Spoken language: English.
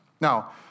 Now